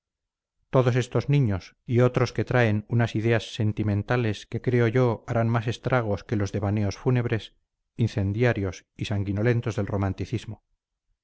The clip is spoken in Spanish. todos estos niños y otros se traen unas ideas sentimentales que creo yo harán más estragos que los devaneos fúnebres incendiarios y sanguinolentos del romanticismo